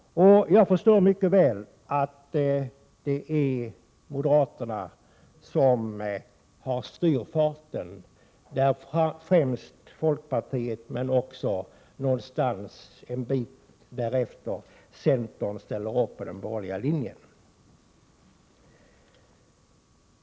Jag förstår mycket väl att det är moderaterna som styr färden och att främst folkpartiet och någonstans en bit därefter centern ställer upp på den borgerliga linjen.